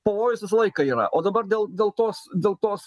pavojus visą laiką yra o dabar dėl dėl tos dėl tos